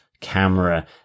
camera